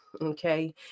Okay